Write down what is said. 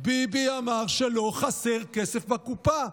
ביבי אמר שלא חסר כסף בקופה,